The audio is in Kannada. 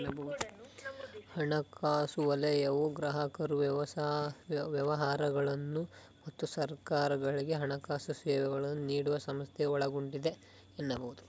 ಹಣಕಾಸು ವಲಯವು ಗ್ರಾಹಕರು ವ್ಯವಹಾರಗಳು ಮತ್ತು ಸರ್ಕಾರಗಳ್ಗೆ ಹಣಕಾಸು ಸೇವೆಗಳನ್ನ ನೀಡುವ ಸಂಸ್ಥೆಗಳನ್ನ ಒಳಗೊಂಡಿದೆ ಎನ್ನಬಹುದು